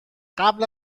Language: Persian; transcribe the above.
قبل